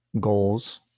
goals